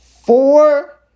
Four